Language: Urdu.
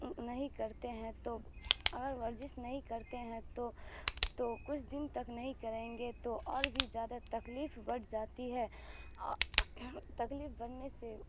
نہیں کرتے ہیں تو اگر ورزش نہیں کرتے ہیں تو تو کچھ دن تک نہیں کریں گے تو اور بھی زیادہ تکلیف بھ جاتی ہے تکلیف بڑھنے سے